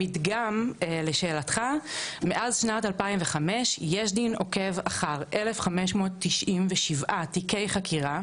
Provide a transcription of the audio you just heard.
המדגם לשאלתך מאז שנת 2005 יש דין עוקב אחר 1,597 תיקי חקירה,